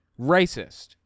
racist